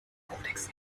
kodex